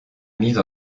mise